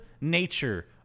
nature